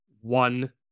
one